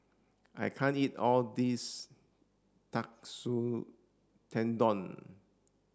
I can't eat all this Katsu Tendon